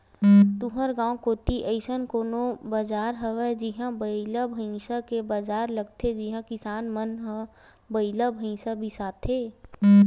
तुँहर गाँव कोती अइसन कोनो बजार हवय जिहां बइला भइसा के बजार लगथे जिहां किसान मन ह बइला भइसा बिसाथे